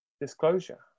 disclosure